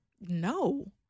No